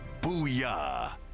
Booyah